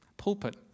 pulpit